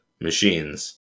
machines